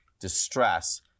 distress